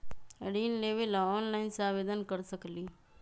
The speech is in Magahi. ऋण लेवे ला ऑनलाइन से आवेदन कर सकली?